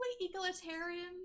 egalitarian